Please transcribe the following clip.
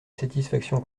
satisfaction